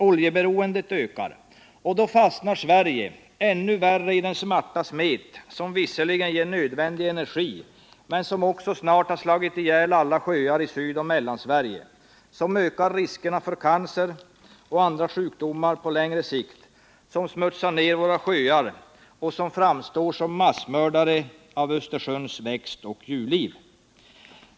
Oljeberoendet ökar, och då fastnar Sverige ännu värre i den svarta smet som visserligen ger nödvändig energi men som också snart har tagit död på alla sjöar i Sydoch Mellansverige, som på längre sikt ökar riskerna för cancer och andra sjukdomar, som smutsar ned våra sjöar och som framstår som massmördare av Östersjöns växtoch djurliv.